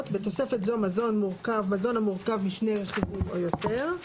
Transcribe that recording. בתוספת זו - "מזון מורכב" - מזון המורכב משני רכיבים או יותר,